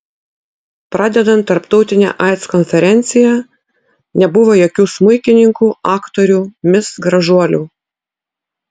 pradedant tarptautine aids konferencija nebuvo jokių smuikininkių aktorių mis gražuolių